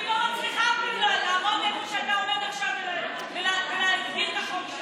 אני לא מצליחה אפילו לעמוד איפה שאתה עומד עכשיו ולהסביר את החוק,